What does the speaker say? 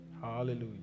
Hallelujah